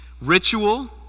ritual